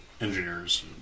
engineers